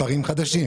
מספרים חדשים.